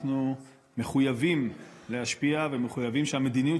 אנחנו מחויבים להשפיע ומחויבים שהמדיניות